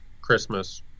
Christmas